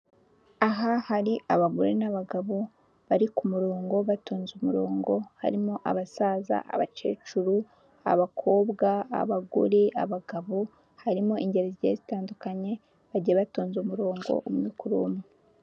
Aha hari abagore n'abagabo bari ku murongo batonze umurongo, harimo abasaza, abakecuru, abakobwa, abagore, abagabo, harimo ingeri zigiye zitandukanye, bagiye batonza umurongo umwe kuri umwe.